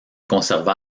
conserva